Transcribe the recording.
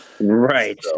Right